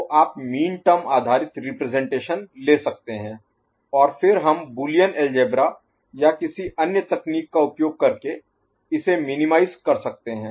तो आप मीनटर्म आधारित रिप्रजेंटेशन ले सकते हैं और फिर हम बूलियन अलजेब्रा या किसी अन्य तकनीक का उपयोग करके इसे मिनीमाइज कर सकते हैं